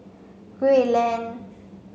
Gul Lane